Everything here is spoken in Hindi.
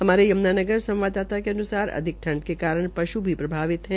हमारे यम्नानगर संवाददाता के अन्सार अधिक ठंड के कारण पश् भी प्रभावित है